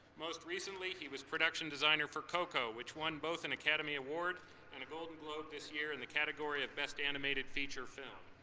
most recently, he was production designer for coco, which won both an academy award and golden globe this year in the category of best animated feature film.